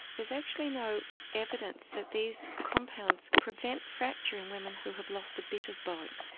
there's actually no evidence that these compounds prevent fracture in women who have lost a bit of bone.